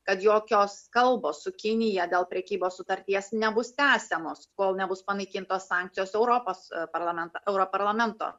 kad jokios kalbos su kinija dėl prekybos sutarties nebus tęsiamos kol nebus panaikintos sankcijos europos parlamentą europarlamento